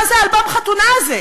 מה זה אלבום החתונה הזה?